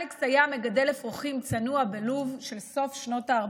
אלכס היה מגדל אפרוחים צנוע בלוב של סוף שנות הארבעים,